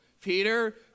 Peter